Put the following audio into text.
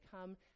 come